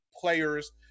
players